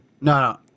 No